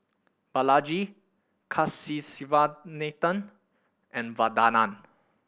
Balaji Kasiviswanathan and Vandana